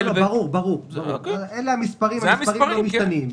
ברור, אלו המספרים והמספרים לא משתנים.